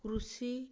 କୃଷି